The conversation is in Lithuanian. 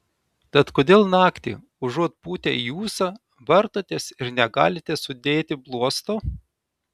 tad kodėl naktį užuot pūtę į ūsą vartotės ir negalite sudėti bluosto